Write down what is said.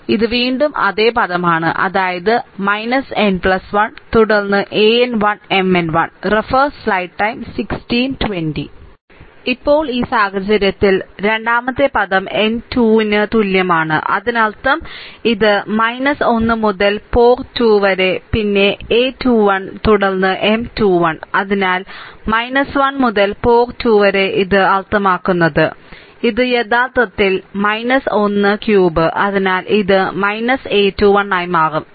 രണ്ടാമത്തേതിൽ ഇത് വീണ്ടും അതേ പദമാണ് അതായത് n 1 തുടർന്ന് an 1 M n 1 ഇപ്പോൾ ഈ സാഹചര്യത്തിൽ രണ്ടാമത്തെ പദം n 2 ന് തുല്യമാണ് അതിനർത്ഥം ഇത് 1 മുതൽ പോർ 2 വരെ പിന്നെ a21 തുടർന്ന് M 21 അതിനാൽ 1 മുതൽ പോർ 2 വരെ ഇത് അർത്ഥമാക്കുന്നത് ഇത് യഥാർത്ഥത്തിൽ 1 ക്യൂബ് അതിനാൽ ഇത് A 21 ആയി മാറും